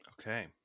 Okay